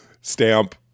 stamp